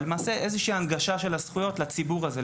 למעשה איזושהי הנגשה של הזכויות לציבור הזה.